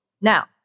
Now